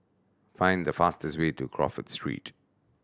find the fastest way to Crawford Street